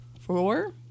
four